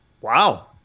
Wow